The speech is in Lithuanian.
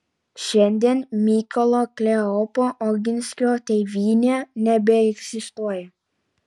šiandien mykolo kleopo oginskio tėvynė nebeegzistuoja